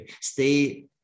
stay